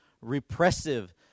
repressive